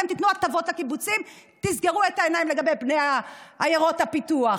אתם תיתנו הטבות לקיבוצים ותסגרו את העיניים לגבי בני עיירות הפיתוח.